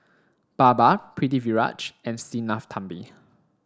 Baba Pritiviraj and Sinnathamby